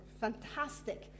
fantastic